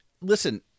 Listen